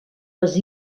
les